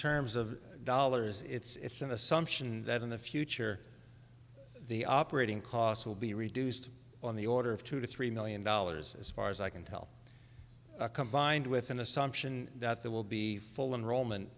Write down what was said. terms of dollars it's an assumption that in the future the operating costs will be reduced on the order of two to three million dollars as far as i can tell combined with an assumption that there will be full in ro